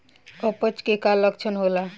अपच के का लक्षण होला?